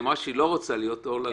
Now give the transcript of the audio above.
היא אמרה שהיא לא רוצה להיות אור לגויים,